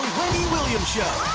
williams show.